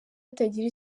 atagira